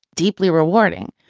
deeply rewarding.